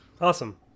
awesome